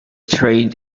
trained